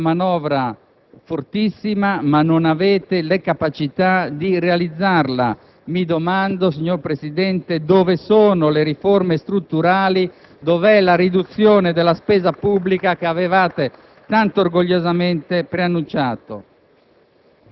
Volete che Bruxelles vi imponga una manovra fortissima, ma non avete le capacità di realizzarla; mi domando, signor Presidente, dove sono le riforme strutturali, dov'è la riduzione della spesa pubblica che avevate